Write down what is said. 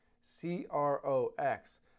C-R-O-X